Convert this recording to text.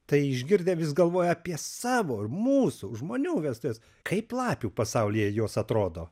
tai išgirdę vis galvoja apie savo ir mūsų žmonių vestuves kaip lapių pasaulyje jos atrodo